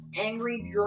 angry